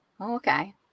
Okay